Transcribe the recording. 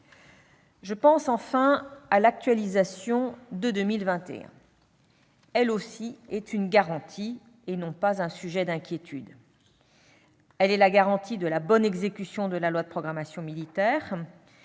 Je pense, enfin, à l'actualisation de 2021. Elle aussi est une garantie, et non un sujet d'inquiétude. Elle est la garantie de la bonne exécution de la loi de programmation militaire,